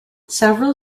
several